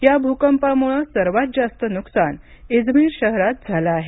या भूकंपामुळे सर्वात जास्त नुकसान इझमिर शहरात झालं आहे